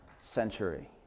century